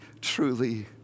truly